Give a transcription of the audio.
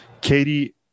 Katie